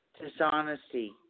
dishonesty